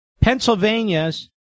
Pennsylvania's